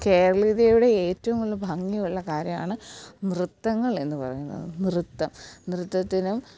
കേരളീയതയുടെ ഏറ്റവും ഭംഗിയുള്ള കാര്യമാണ് നൃത്തങ്ങൾ എന്നു പറയുന്നത് നൃത്തം നൃത്തത്തിനും